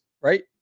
right